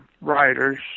writers